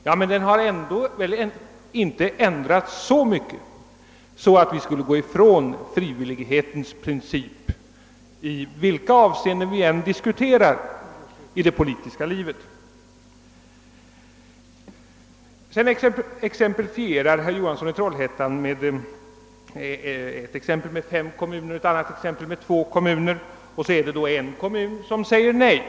Ja, men den har ändå inte ändrats så mycket att vi skulle gå ifrån frivillighetens princip oavsett vilka områden vi diskuterar i det politiska livet. Sedan tog herr Johansson i Trollhättan två exempel, med fem kommuner i ena fallet och två kommuner i andra fallet och med en kommun som säger nej.